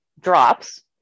drops